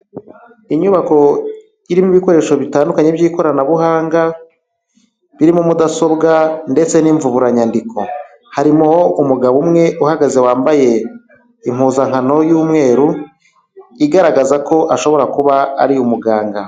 Inyubako irimo ibikoresho bitandukanye by'ikoranabuhanga, birimo mudasobwa ndetse n'imvuburanyandiko, harimo umugabo umwe uhagaze wambaye impuzankano y'umweru, igaragaza ko ashobora kuba ari umuganga.